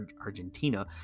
argentina